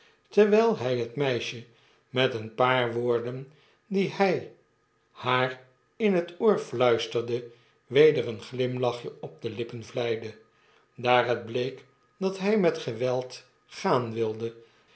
terwgl hij het meisje met een paar woorden die hy haar in het oor fluifterde weder een glimlachje op de lippen vleide daar het meek dat hjj met geweld gaan wilde